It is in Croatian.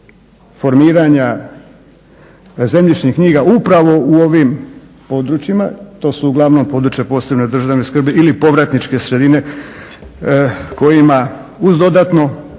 formiranja zemljišnih knjiga upravo u ovim područjima, to su uglavnom područja posebne državne skrbi ili povratničke sredine kojima uz dodatno